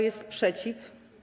jest przeciw?